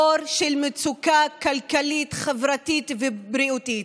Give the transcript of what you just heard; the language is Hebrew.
בור של מצוקה כלכלית, חברתית ובריאותית.